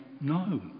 No